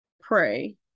pray